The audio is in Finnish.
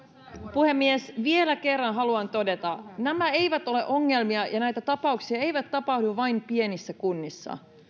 puhemies vielä kerran haluan todeta nämä eivät ole ongelmia ja näitä tapauksia ei tapahdu vain pienissä kunnissa